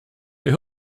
they